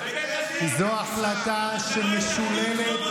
זו החלטה משוללת,